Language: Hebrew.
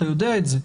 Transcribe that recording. אתה יודע את זה.